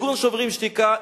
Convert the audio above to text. ארגון "שוברים שתיקה",